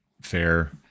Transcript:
fair